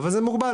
אבל זה מוגבל.